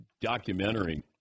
documentary